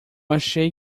achei